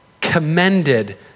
commended